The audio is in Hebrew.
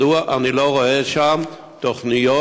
מדוע אני לא רואה שם תוכניות,